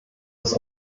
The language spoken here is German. ist